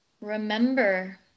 Remember